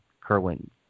Kerwin